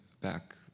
back